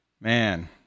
man